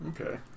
Okay